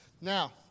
Now